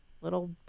little